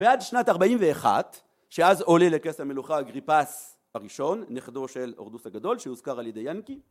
ועד שנת ארבעים ואחת, שאז עולה לכס המלוכה אגריפס הראשון, נכדו של הורדוס הגדול, שהוזכר על ידי ינקי